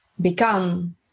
become